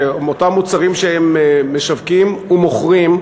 אותם מוצרים שהם משווקים ומוכרים,